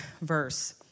verse